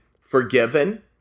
forgiven